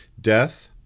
Death